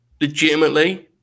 legitimately